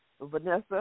Vanessa